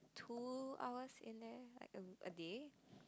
two hours in there like a day